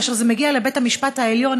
כאשר זה מגיע לבית המשפט העליון,